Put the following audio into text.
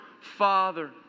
Father